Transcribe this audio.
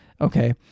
Okay